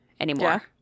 anymore